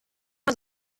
man